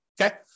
Okay